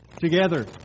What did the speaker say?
together